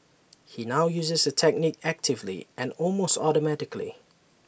he now uses the technique actively and almost automatically